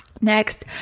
Next